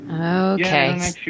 Okay